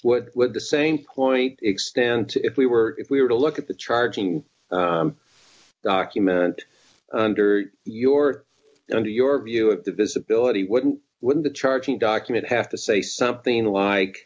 what would the same point extend to if we were if we were to look at the charging document under your under your view of the visibility wouldn't when the charging document have to say something like